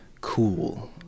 cool